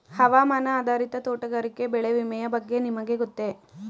ಹವಾಮಾನ ಆಧಾರಿತ ತೋಟಗಾರಿಕೆ ಬೆಳೆ ವಿಮೆಯ ಬಗ್ಗೆ ನಿಮಗೆ ಗೊತ್ತೇ?